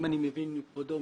אם אני מבין מכבודו,